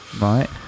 Right